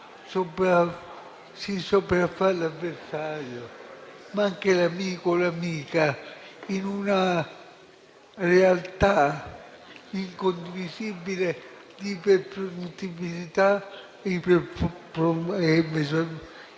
si sopraffà l'avversario, ma anche l'amico o l'amica, in una realtà incondivisibile di iperproduttività muscolare,